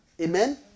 amen